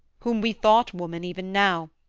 whom we thought woman even now,